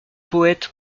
poète